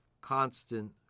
constant